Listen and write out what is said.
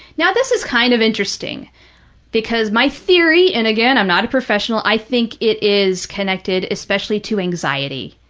now, this is kind of interesting because my theory, and again, i'm not a professional, i think it is connected especially to anxiety,